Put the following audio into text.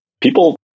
people